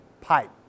pipe